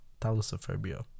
Thalassophobia